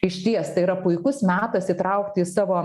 išties tai yra puikus metas įtraukti į savo